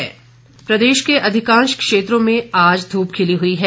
मौसम प्रदेश के अधिकांश क्षेत्रों में आज धूप खिली हुई है